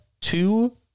two